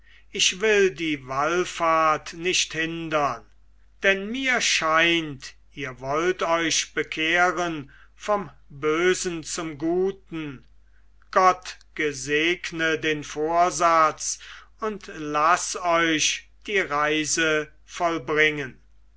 ich will die wallfahrt nicht hindern denn mir scheint ihr wollt euch bekehren vom bösen zum guten gott gesegne den vorsatz und laß euch die reise vollbringen